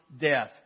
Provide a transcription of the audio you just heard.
death